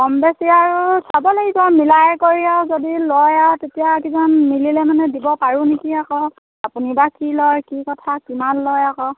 কম বেছি আৰু চাব লাগিব মিলাই কৰি আৰু যদি লয় আৰু তেতিয়া কিমান মিলিলে মানে দিব পাৰোঁ নেকি আকৌ আপুনি বা কি লয় কি কথা কিমান লয় আকৌ